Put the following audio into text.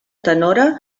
tenora